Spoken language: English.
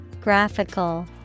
Graphical